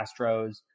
Astros